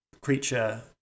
creature